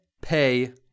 pay